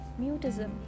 mutism